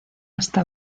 hasta